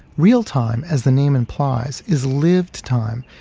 real-time, as the name implies, is lived time,